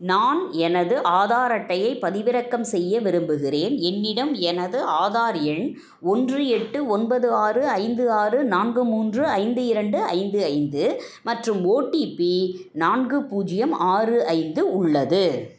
நான் எனது ஆதார் அட்டையைப் பதிவிறக்கம் செய்ய விரும்புகிறேன் என்னிடம் எனது ஆதார் எண் ஒன்று எட்டு ஒன்பது ஆறு ஐந்து ஆறு நான்கு மூன்று ஐந்து இரண்டு ஐந்து ஐந்து மற்றும் ஓடிபி நான்கு பூஜ்ஜியம் ஆறு ஐந்து உள்ளது